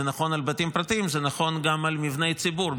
זה נכון לבתים פרטיים, זה נכון גם למבני ציבור.